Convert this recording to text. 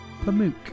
Pamuk